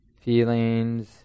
feelings